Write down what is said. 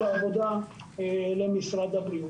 אותן כיתות שלא נוצרו בפיילוט,